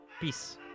Peace